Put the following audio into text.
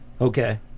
Okay